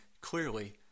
clearly